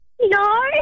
No